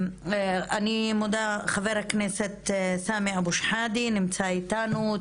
אני מודה לחה"כ סמי אבו שחאדה שנמצא איתנו.